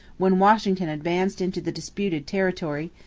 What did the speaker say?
when washington advanced into the disputed territory,